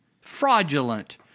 fraudulent